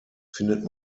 findet